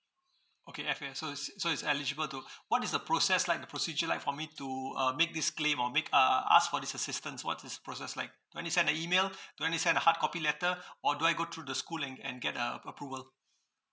okay F_A_S so is so is eligible to what is the process like the procedure like for me to uh make this claim or make uh uh ask for this assistance what is process like do I need send an email do I need send a hardcopy letter or do I go through the school and and get the ap~ approval